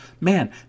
man